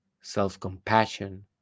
Self-compassion